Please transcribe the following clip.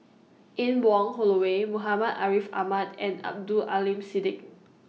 Anne Wong Holloway Muhammad Ariff Ahmad and Abdul Aleem Siddique